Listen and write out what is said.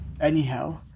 Anyhow